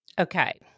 Okay